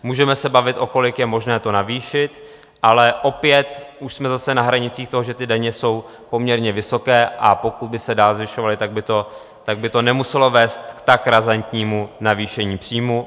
Můžeme se bavit, o kolik je možné to navýšit, ale opět už jsme zase na hranicích toho, že ty daně jsou poměrně vysoké, a pokud by se dál zvyšovaly, tak by to nemuselo vést k tak razantnímu navýšení příjmů;